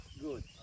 good